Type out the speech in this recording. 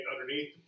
underneath